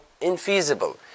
infeasible